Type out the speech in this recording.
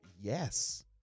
Yes